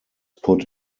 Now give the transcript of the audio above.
put